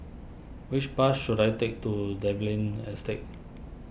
which bus should I take to Dalvey Lane Estate